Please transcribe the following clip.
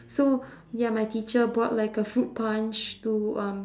so ya my teacher bought like a fruit punch to um